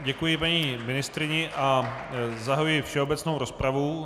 Děkuji paní ministryni a zahajuji všeobecnou rozpravu.